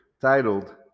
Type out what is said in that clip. titled